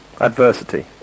Adversity